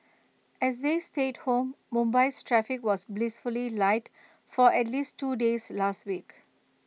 as they stayed home Mumbai's traffic was blissfully light for at least two days last week